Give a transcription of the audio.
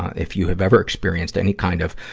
if you have ever experienced any kind of,